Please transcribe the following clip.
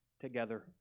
together